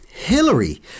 Hillary